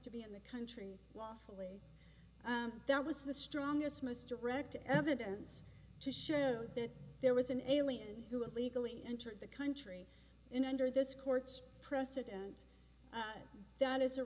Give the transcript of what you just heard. to be in the country wofully that was the strongest most direct evidence to show that there was an alien who illegally entered the country in under this court's precedent and that is a